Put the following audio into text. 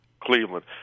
Cleveland